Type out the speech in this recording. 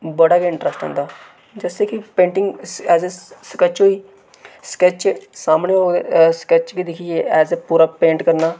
बड़ा गै इंट्रैस्ट औंदा जैसे कि पेंटिंग होई स्कैच होई स्कैच सामनै होए स्कैच गी दिक्खियै एैज ए पूरा पेंट करना